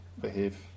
behave